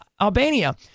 albania